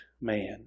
man